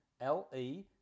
L-E